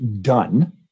done